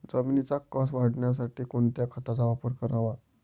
जमिनीचा कसं वाढवण्यासाठी कोणत्या खताचा वापर करावा?